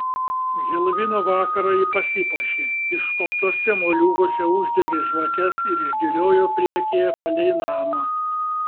helovino vakarą ji pasipuošė išskobtuose moliūguose uždegė žvakes ir išdėliojo priekyje palei namą